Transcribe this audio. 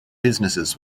businesses